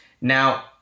Now